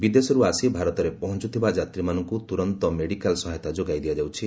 ବିଦେଶରୁ ଆସି ଭାରତରେ ପହଞ୍ଚୁଥିବା ଯାତ୍ରୀମାନଙ୍କୁ ତୁରନ୍ତ ମେଡ଼ିକାଲ ସହାୟତା ଯୋଗାଇ ଦିଆଯାଉଛି